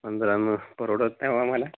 पंधरानं परवडत नाही अहो आम्हाला